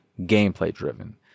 gameplay-driven